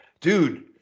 dude